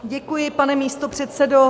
Děkuji, pane místopředsedo.